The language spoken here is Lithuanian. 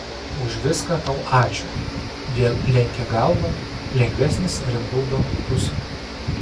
už viską tau ačiū vėl lenkė galvą lengvenis rimgaudo pusėn